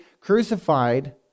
crucified